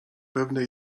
pewne